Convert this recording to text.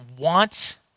want